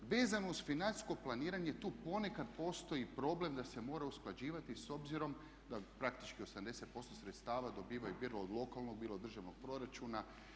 Vezano uz financijsko planiranje tu ponekad postoji problem da se mora usklađivati s obzirom da praktički 80% sredstava dobivaju bilo od lokalnog bilo od državnog proračuna.